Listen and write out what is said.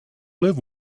live